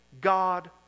God